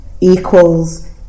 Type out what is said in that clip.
equals